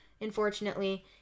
Unfortunately